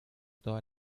todas